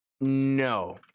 no